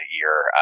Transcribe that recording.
year